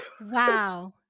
Wow